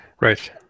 Right